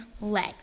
Leg